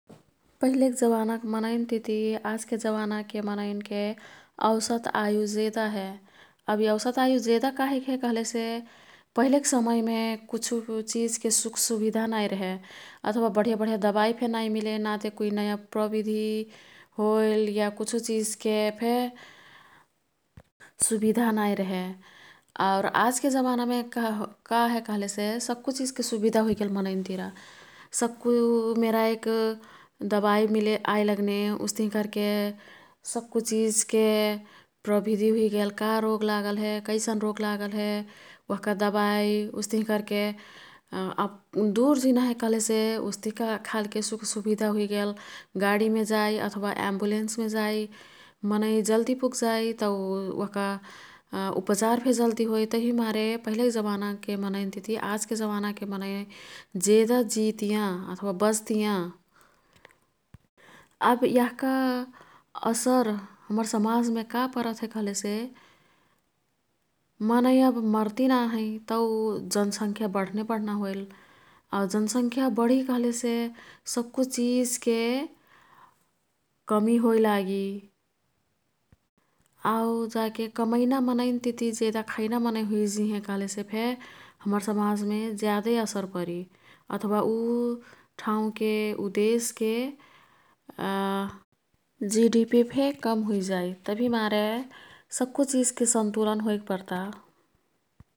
पहिलेक् जवानाके मनैन्तिती आजके जवानाके मनैन्के औसत आयु जेदा हे। अब यी औसत आयु जेदा काहिकहे कह्लेसे पहिलेक समयमे कुछु चिजके सुख सुविधा नाई रेहे। अथवा बढिया बढिया दबाईफे नाई मिले, ना ते कुई नयाँ प्रविधि होईल या कुछु चिजकेफे सुविधा नाई रेहे। आउर आजके जवानामे का हे कह्लेसे सक्कु चिजके सुविधा हुइगेल मनैन्तिरा। सक्कु मेराइक् दबाई मिले आई लग्ने उस्तिही कर्के सक्कु चिजके प्रविधि हुइगेल। का रोग लागल हे ,कैसन् रोग लागल हे ओह्का दबाई, उस्तिही कर्के दुर जिना हे कह्लेसे ओस्ते खालके सुख सुविधा हुइगेल। गाडीमे जाई अथवा एम्बुलेन्समे जाई, मनै जल्दी पुगजाई तौ ओह्का उपचारफे जल्दी होई। तभिमारे पहिलेक जवानाके मनैन् तिती आजके जवानाके मनै जेदा जितियाँ अथवा बच्तियाँ। अब यह्का असर हम्मर समाजमे का परतहे कह्लेसे मनै अब मर्ति ना हैं तौ जनसंख्या बढ्ने बढ्ना होइल। आउ जनसंख्या बढि कह्लेसे सक्कु चिजके कमि होई लागी। आउ जाके कमैना मनैन् तिती जेदा खैना मनै हुइजिहें कह्लेसेफे हम्मर समाजमे ज्यादै असर परी अथवा उ ठाउँके ऊ देशके जी.डी.पि.फे कम हुइजाई। तभीमारे सक्कु चिजके सन्तुलन होईक् पर्ता।